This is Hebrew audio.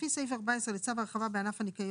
טור 1 טור 2 טור 3 טור 4 רכיבי שכר ערך שעה לעובד ניקיון